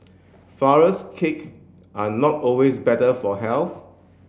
flourless cake are not always better for health